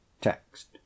text